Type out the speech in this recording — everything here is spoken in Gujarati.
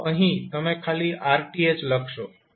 તો અહીં તમે ખાલી RTh લખશો